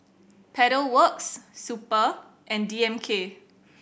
Pedal Works Super and D M K